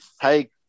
hey